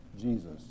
Jesus